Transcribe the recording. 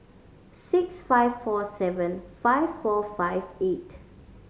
six five four seven five four five eight